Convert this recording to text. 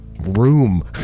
room